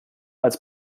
als